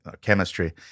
chemistry